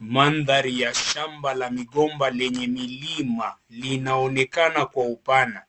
Mandhari ya shamba la migomba lenye milima linaonekana kwa upana